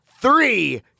three